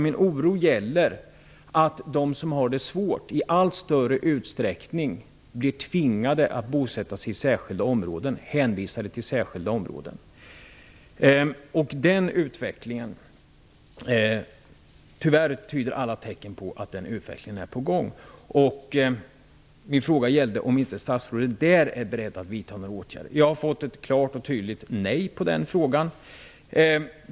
Min oro gäller att de som har det svårt i allt större utsträckning blir tvingade att bosätta sig i särskilda områden. Tyvärr tyder alla tecken på att en sådan utveckling är på gång. Min fråga gällde om inte statsrådet i detta avseende är beredd att vidta åtgärder. Jag har fått ett klart och tydligt nej på den frågan.